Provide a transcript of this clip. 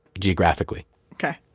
geographically okay